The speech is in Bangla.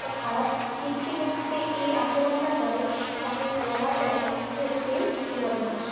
বা খারাপ দিক থেকে সে এই আচরণটা করে তাকে বলা যায় যে সে বদমাশ